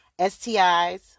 stis